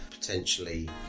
potentially